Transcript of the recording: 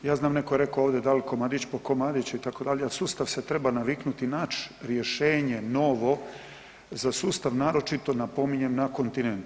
Ja znam netko je rekao ovdje dal komadić po komadić itd., al sustav se treba naviknuti i naći rješenje novo za sustav naročito napominjem na kontinentu.